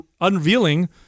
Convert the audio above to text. unveiling